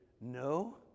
no